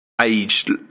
aged